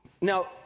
Now